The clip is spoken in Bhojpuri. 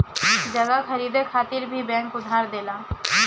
जगह खरीदे खातिर भी बैंक उधार देला